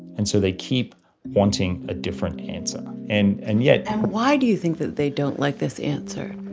and so they keep wanting a different answer. and and yet. and why do you think that they don't like this answer?